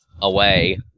away